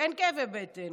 האיזוק, אין כאבי בטן.